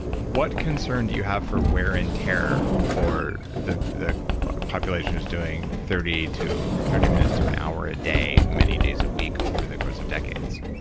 what concern do you have for wear and tear for the the population who's doing thirty to thirty minutes to an hour a day, many days a week over the course of decades.